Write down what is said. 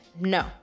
No